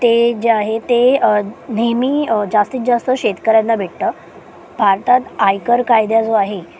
ते जे आहे ते नेहमी जास्तीत जास्त शेतकऱ्यांना भेटतं भारतात आयकर कायदा जो आहे